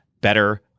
better